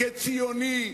כציוני,